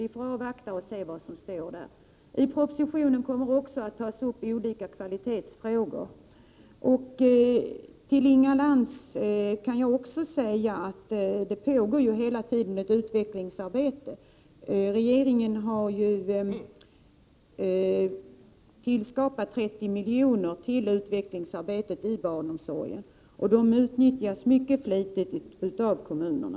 Vi får avvakta och se vad som står där. I propositionen kommer också att tas upp olika kvalitetsfrågor. Till Inga Lantz kan jag säga att det hela tiden pågår ett utvecklingsarbete. Regeringen har avsatt 30 miljoner till utvecklingsarbete inom barnomsorgen. De medlen utnyttjas mycket flitigt av kommunerna.